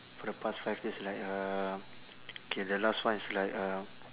for the past five years like uh K the last one is like uh